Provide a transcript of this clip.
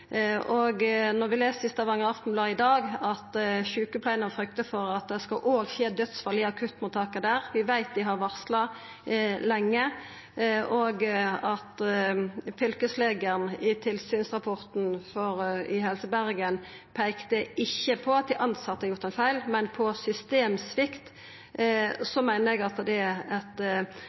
Når vi les i Stavanger Aftenblad i dag at sjukepleiarane fryktar for at det òg skal skje dødsfall i akuttmottaket der – vi veit at dei har varsla lenge, og at fylkeslegen i tilsynsrapporten i Helse Bergen ikkje peikte på at dei tilsette hadde gjort ein feil, men på systemsvikt – meiner eg at det er